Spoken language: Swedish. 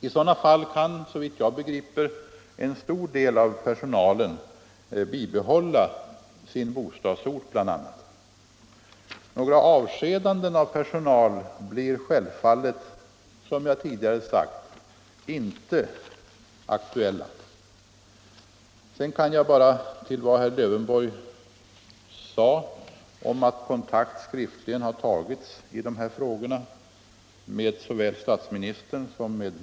I sådana fall kan, såvitt jag förstår, en stor del av personalen bibehålla sin bostadsort. Några avskedanden av personal blir, som jag tidigare har sagt, självfallet inte aktuella. Det är riktigt, herr Lövenborg, att kontakt skriftligen har tagits i dessa frågor med såväl statsministern som mig.